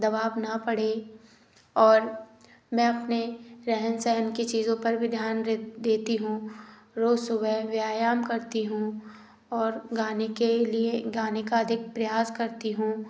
दवाब ना पड़े और मैं अपने रहन सहन की चीज़ों पर भी ध्यान देती हूँ रोज सुबह व्यायाम करती हूँ और गाने के लिए गाने का अधिक प्रयास करती हूँ